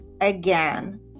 again